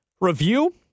review